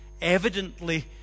evidently